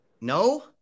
No